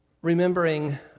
remembering